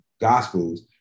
gospels